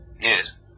Yes